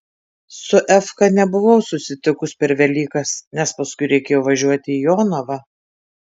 su efka nebuvau susitikus per velykas nes paskui reikėjo važiuoti į jonavą